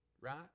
Right